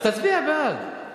אז תצביע בעד.